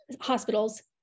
hospitals